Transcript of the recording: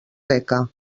beca